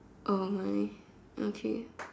oh my okay